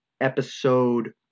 episode